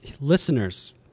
listeners